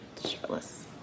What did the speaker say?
shirtless